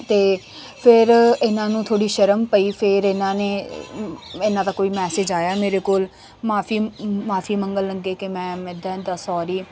ਤਾਂ ਫਿਰ ਇਨ੍ਹਾਂ ਨੂੰ ਥੋੜ੍ਹੀ ਸ਼ਰਮ ਪਈ ਫਿਰ ਇਨ੍ਹਾਂ ਨੇ ਇਨ੍ਹਾਂ ਦਾ ਕੋਈ ਮੈਸਿਜ ਆਇਆ ਮੇਰੇ ਕੋਲ ਮੁਆਫੀ ਮੁਆਫੀ ਮੰਗਣ ਲੱਗੇ ਕਿ ਮੈਮ ਇੱਦਾਂ ਇੱਦਾਂ ਸੋਰੀ